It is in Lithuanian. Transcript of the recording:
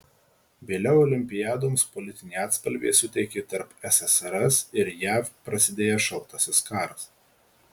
vėliau olimpiadoms politinį atspalvį suteikė tarp ssrs ir jav prasidėjęs šaltasis karas